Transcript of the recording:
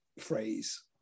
phrase